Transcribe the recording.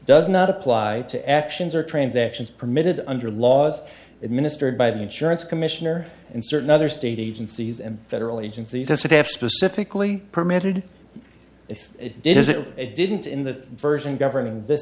does not apply to actions or transactions permitted under laws administered by the insurance commissioner and certain other state agencies and federal agencies are said to have specifically permitted if it did as if it didn't in the version governing th